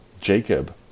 jacob